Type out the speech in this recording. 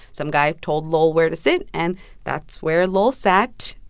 some guy told lowell where to sit, and that's where lowell sat.